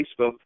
Facebook